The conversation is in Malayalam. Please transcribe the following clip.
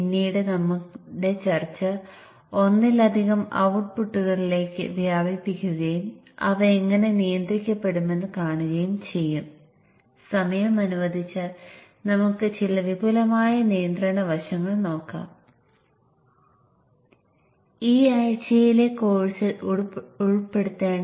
ലീക്കേജ് ഒഴിവാക്കാമെന്നതിന്റെ ഗുണങ്ങളും ഇതിന് ഉണ്ട്